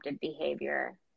behavior